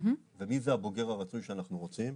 ומי זה הבוגר הרצוי שאנחנו רוצים.